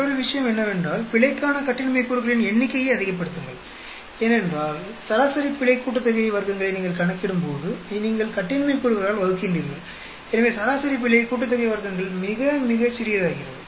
மற்றொரு விஷயம் என்னவென்றால் பிழைக்கான கட்டின்மை கூறுகளின் எண்ணிக்கையை அதிகப்படுத்துங்கள் ஏனென்றால் சராசரி பிழை கூட்டுத்தொகை வர்க்கங்களை நீங்கள் கணக்கிடும்போது நீங்கள் கட்டின்மை கூறுகளால் வகுக்கின்றீர்கள் எனவே சராசரி பிழை கூட்டுத்தொகை வர்க்கங்கள் மிக மிகச் சிறியதாகிறது